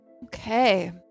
Okay